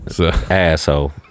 Asshole